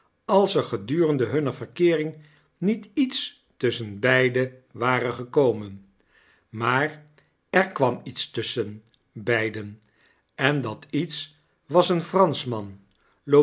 als er gedurende hunne verkeering niet iets tusscnen beiden ware gekomen maar er kwamietstusschen beiden en dat iets was een eranschman